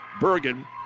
Bergen